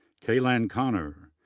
kaylan conner,